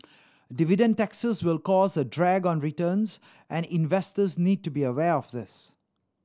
dividend taxes will cause a drag on returns and investors need to be aware of this